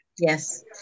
Yes